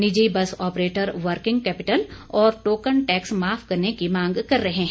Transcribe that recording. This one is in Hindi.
निजी बस ऑपरेटर वर्किंग कैपिटल और टोकन टैक्स माफ करने की मांग कर रहे हैं